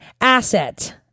asset